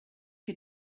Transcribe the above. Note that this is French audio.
que